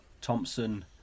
Thompson